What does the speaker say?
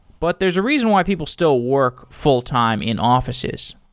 but there's a reason why people still work fulltime in offi ces.